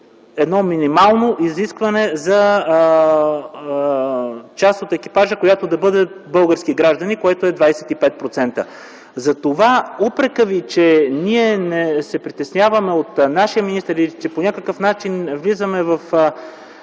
минимално изискване – част от екипажа да бъде от български граждани, което е 25%. Затова упрекът Ви, че ние се притесняваме от нашия министър или по някакъв начин влизаме в